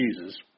Jesus